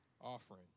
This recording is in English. offering